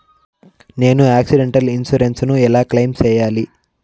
నేను accidental insurance ను ఎలా క్లెయిమ్ సేయాలి?